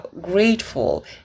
grateful